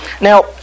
Now